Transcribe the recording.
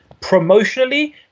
promotionally